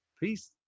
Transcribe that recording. Peace